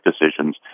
decisions